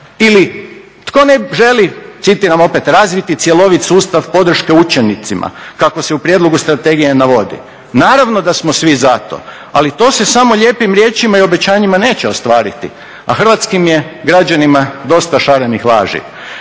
Ili tko ne želi, citiram opet, razviti cjelovit sustav podrške učenicima kako se u prijedlogu strategije navodi? Naravno da smo svi za to, ali to se samo lijepim riječima i obećanjima neće ostvariti, a hrvatskim je građanima dosta šarenih laži.